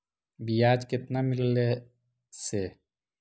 बियाज केतना मिललय से?